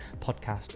podcast